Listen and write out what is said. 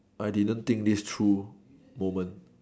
I didn't think through moment